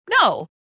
No